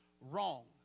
wrong